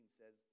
says